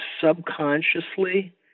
subconsciously